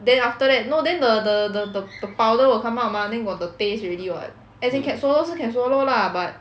then after that no then the the the the the powder will come out mah then got the taste already [what] as in can swallow 是 can swallow lah but